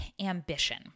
ambition